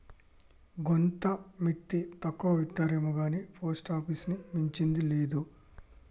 గోంత మిత్తి తక్కువిత్తరేమొగాని పోస్టాపీసుని మించింది లేదు